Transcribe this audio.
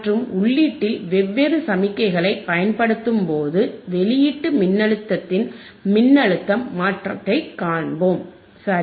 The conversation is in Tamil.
மற்றும் உள்ளீட்டில் வெவ்வேறு சமிக்ஞைகளைப் பயன்படுத்தும்போது வெளியீட்டு மின்னழுத்தத்தின் மின்னழுத்தம் மாற்றத்தைக் காண்போம் சரி